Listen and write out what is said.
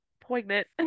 poignant